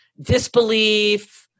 disbelief